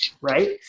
right